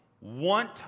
want